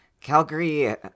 Calgary